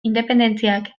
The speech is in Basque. independentziak